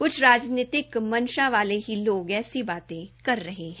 क्छ राजनीतिक मंशा वाले ही लोग ऐसी बाते कर रहे है